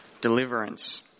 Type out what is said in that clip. deliverance